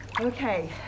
Okay